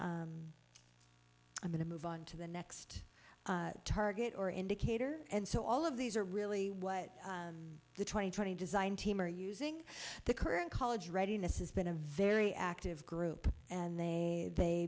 i'm going to move on to the next target or indicator and so all of these are really what the twenty twenty design team are using the current college readiness has been a very active group and they they